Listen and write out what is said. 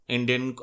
Indian